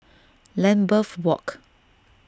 Lambeth Walk